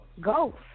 Ghost